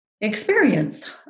experience